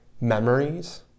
memories